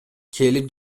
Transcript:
келип